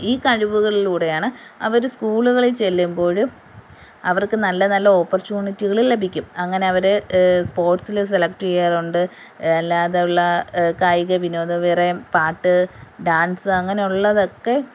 ഈ കഴിവുകളിലൂടെയാണ് അവർ സ്കൂളുകളിൽ ചെല്ലുമ്പോഴും അവർക്ക് നല്ല നല്ല ഓപ്പർച്യുണിറ്റികൾ ലഭിക്കും അങ്ങനെ അവർ സ്പോര്ട്സിൽ സെലക്ട് ചെയ്യാറുണ്ട് അല്ലാതെ ഉള്ള കായികവിനോദ വേറെ പാട്ട് ഡാൻസ് അങ്ങനെയുള്ളതൊക്കെ